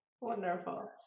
wonderful